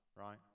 right